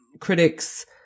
critics